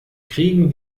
kriegen